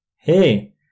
Hey